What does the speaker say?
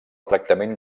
tractament